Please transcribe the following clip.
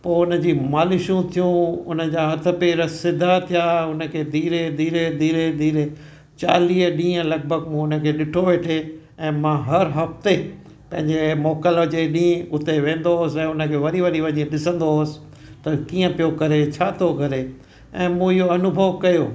पोइ हुन जी मालिशूं थियूं उन जा हथ पेर सिधा थिया उन खे धीरे धीरे धीरे धीरे चालीह ॾींहं लॻभॻि मूं उन खे ॾिठो वेठे ऐं मां हर हफ़्ते पंहिंजे मोकल जे ॾींहुं उते वेंदो हुउसि ऐं उन खे वरी वरी वञी ॾिसंदो हुउसि त कीअं पियो करे छा थो करे ऐं मूं इहो अनुभव कयो